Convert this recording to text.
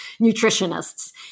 nutritionists